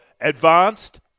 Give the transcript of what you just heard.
advanced